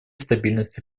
стабильности